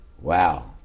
Wow